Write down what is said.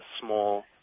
small